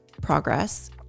progress